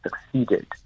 succeeded